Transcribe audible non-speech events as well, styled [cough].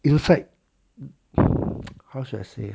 inside [noise] how should I say !huh!